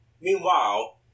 Meanwhile